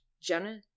Jenna